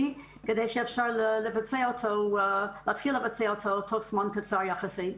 כדי שאפשר לבצע אותו או להתחיל לבצע אותו תוך זמן קצר יחסית.